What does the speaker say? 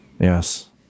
yes